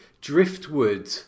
driftwood